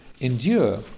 endure